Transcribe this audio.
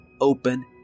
open